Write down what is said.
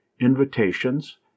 Invitations